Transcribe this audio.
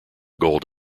gold